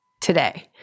today